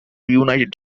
united